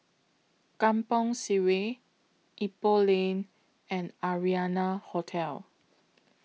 Kampong Sireh Ipoh Lane and Arianna Hotel